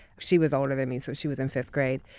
she was older than me, so she was in fifth grade.